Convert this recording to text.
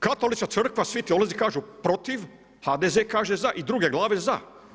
Katolička crkva, svi teolozi kažu protiv, HDZ kaže za i druge glave za.